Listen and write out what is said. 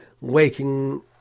waking